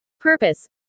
Purpose